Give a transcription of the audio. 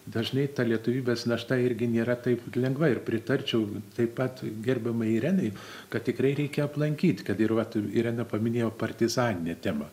dažnai ta lietuvybės našta irgi nėra taip lengva ir pritarčiau taip pat gerbiamai irenai kad tikrai reikia aplankyti kad ir va irena paminėjo partizaninę temą